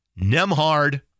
Nemhard